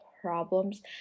problems